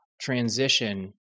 transition